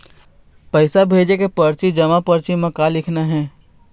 पैसा भेजे के परची जमा परची म का लिखना हे?